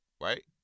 right